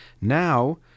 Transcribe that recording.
Now